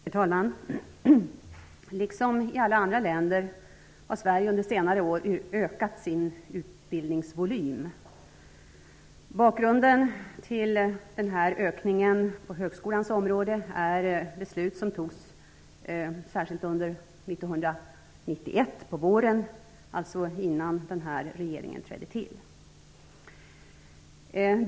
Herr talman! Liksom alla andra länder har Sverige under senare år ökat sin utbildningsvolym. Bakgrunden till ökningen på högskolans område är beslut som fattades våren 1991, alltså innan den nuvarande regeringen trädde till.